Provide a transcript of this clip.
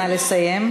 נא לסיים.